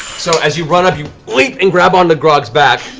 so, as you run up, you leap and grab onto grog's back.